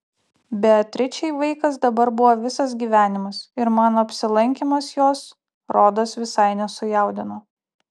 beatričei vaikas dabar buvo visas gyvenimas ir mano apsilankymas jos rodos visai nesujaudino